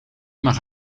maar